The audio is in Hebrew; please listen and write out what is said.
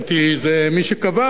זה מי שקבע אותו,